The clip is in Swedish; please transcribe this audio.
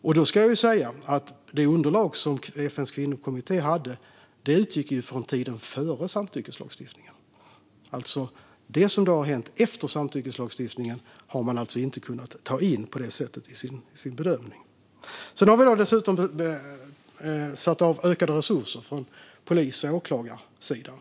Det ska då också sägas att det underlag som FN:s kvinnokommitté hade utgick från tiden före samtyckeslagstiftningen. Det som har hänt efter dess införande har de alltså inte kunnat ta in i sin bedömning. Dessutom har vi satt av ökade resurser till polis och åklagarsidan.